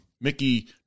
Mickey